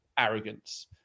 Arrogance